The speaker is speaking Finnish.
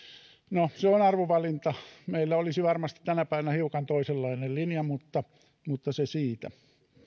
no se on arvovalinta meillä olisi varmasti tänä päivänä hiukan toisenlainen linja mutta mutta se siitä